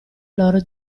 loro